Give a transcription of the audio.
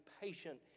patient